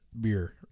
beer